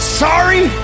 sorry